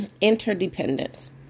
interdependence